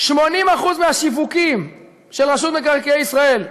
80% מהשיווקים של רשות מקרקעי ישראל,